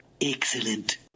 Excellent